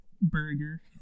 burger